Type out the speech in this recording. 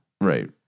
Right